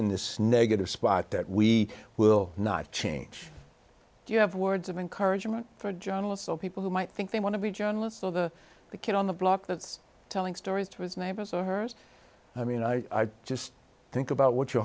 in this negative spot that we will not change do you have words of encouragement for journalists or people who might think they want to be journalists or the kid on the block that's telling stories to his neighbors or hers i mean i just think about what your